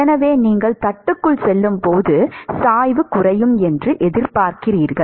எனவே நீங்கள் தட்டுக்குள் செல்லும்போது சாய்வு குறையும் என்று எதிர்பார்க்கிறீர்கள்